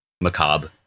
macabre